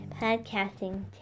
podcasting